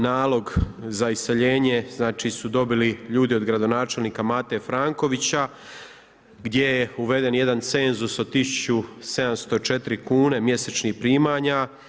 Nalog za iseljenje su dobili ljudi od gradonačelnika Mate Frankovića gdje je uveden jedan cenzus od 1704,00 kune mjesečnih primanja.